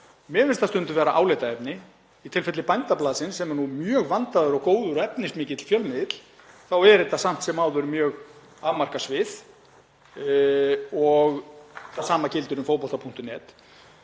Mér finnst það stundum vera álitaefni. Í tilfelli Bændablaðsins, sem er mjög vandaður og góður og efnismikill fjölmiðill, þá er þetta samt sem áður mjög afmarkað svið og það sama gildir um fótbolta.net.